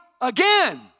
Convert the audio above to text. again